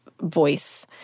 voice